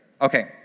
Okay